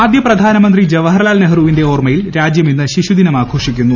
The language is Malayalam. ആദ്യ പ്രധാനമന്ത്രി ജവഹർലാൽ ന് നെഹ്രുവിന്റെ ഓർമ്മയിൽ രാജ്യമിന്ന് ശിശുദിനം ആഘോഷിക്കുന്നു